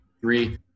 three